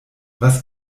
was